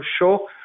show